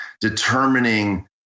determining